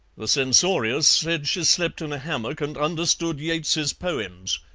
the censorious said she slept in a hammock and understood yeats's poems,